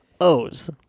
O's